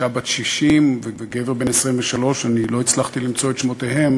אישה בת 60 וגבר בן 23. אני לא הצלחתי למצוא את שמותיהם,